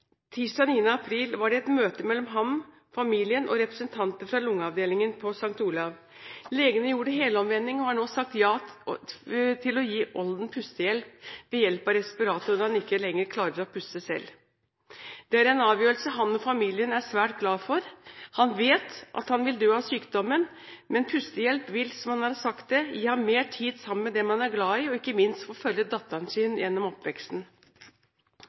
den 9. april var det et møte mellom ham og familien og representanter fra lungeavdelingen ved St. Olavs Hospital. Legene gjorde helomvending og har nå sagt ja til å gi Olden pustehjelp ved hjelp av respirator når han ikke lenger klarer å puste selv. Det er en avgjørelse han og familien er svært glad for. Han vet at han vil dø av sykdommen, men å få pustehjelp vil, som han har sagt det, gi ham mer tid sammen med dem han er glad i, og ikke minst tid til å få følge datteren sin gjennom oppveksten.